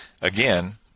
Again